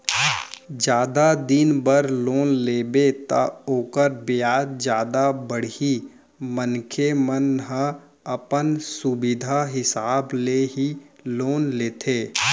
जादा दिन बर लोन लेबे त ओखर बियाज जादा बाड़ही मनखे मन ह अपन सुबिधा हिसाब ले ही लोन लेथे